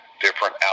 different